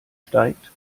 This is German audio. steigt